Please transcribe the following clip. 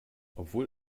obwohl